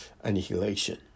annihilation